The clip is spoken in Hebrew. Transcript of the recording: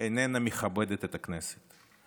איננה מכבדת את הכנסת.